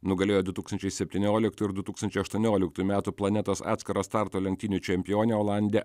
nugalėjo du tūkstančiai septynioliktų ir du tūkstančiai aštuonioliktų metų planetos atskiro starto lenktynių čempionė olandė